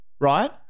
right